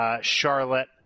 Charlotte